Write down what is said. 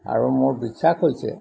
আৰু মোৰ বিশ্বাস হৈছে